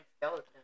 skeleton